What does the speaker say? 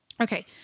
Okay